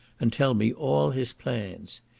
and tell me all his plans.